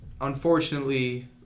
unfortunately